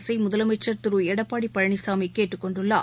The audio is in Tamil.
அரசை முதலமைச்சர் திரு எடப்பாடி பழனிசாமி கேட்டுக் கொண்டுள்ளார்